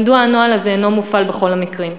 מדוע הנוהל הזה אינו מופעל בכל המקרים?